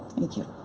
thank you.